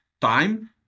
time